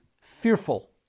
fearful